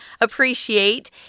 appreciate